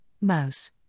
mouse